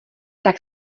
tak